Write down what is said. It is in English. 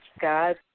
God